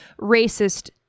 racist